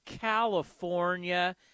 California